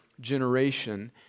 generation